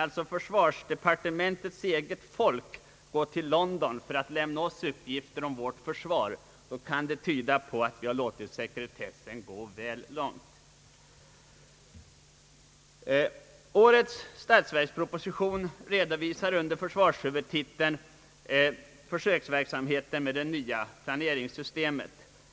Att = försvarsdepartementets eget folk hämtar uppgifter i London om vårt försvar kan tyda på att vi har låtit sekretessen gå väl långt. Årets statsverksproposition redovisar under försvarshuvudtiteln försöksverksamheten med det nya planeringssystemet.